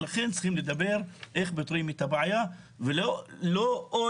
ולכן צריכים לדבר איך פותרים את הבעיה ולא להוסיף